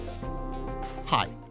Hi